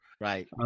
Right